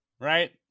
Right